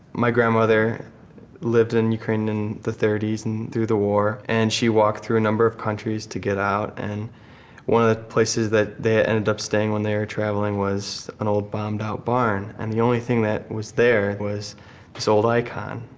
my grandmother lived in ukraine in the thirty s and through the war, and she walked through a number of countries to get out, and one of the places that they ended up staying when they were traveling was an old bombed-out barn. and the only thing that was there was this old icon.